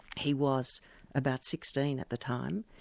he was about sixteen at the time,